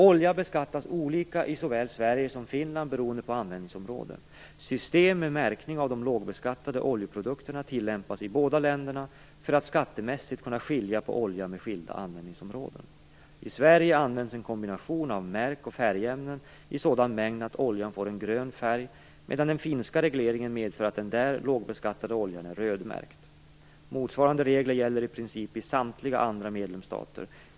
Olja beskattas olika i såväl Sverige som i Finland beroende på användningsområde. System med märkning av de lågbeskattade oljeprodukterna tillämpas i båda länderna för att skattemässigt skilja på olja med skilda användningsområden. I Sverige används en kombination av märk och färgämnen i sådan mängd att oljan får en grön färg, medan den finska regleringen medför att den där lågbeskattade oljan är rödmärkt. Motsvarande regler gäller i princip i samtliga andra EU-medlemsstater.